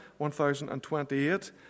1028